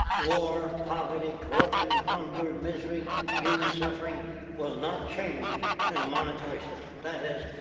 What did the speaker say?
war, poverty, corruption, hunger, misery, human suffering will not change in a monetary system. that is,